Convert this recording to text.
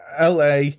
LA